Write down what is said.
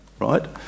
right